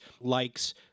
likes